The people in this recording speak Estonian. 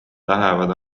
lähevad